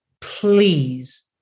please